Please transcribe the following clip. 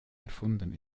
erfunden